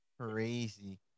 crazy